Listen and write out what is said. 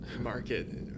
market